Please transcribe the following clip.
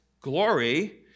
glory